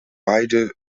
beide